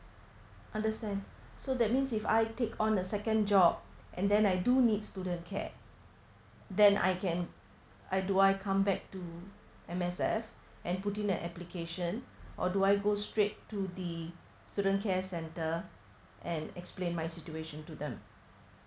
understand so that means if I take on a second job and then I do need student care then I can I do I come back to M_S_F and putting that application or do I go straight to the student care center and explain my situation to them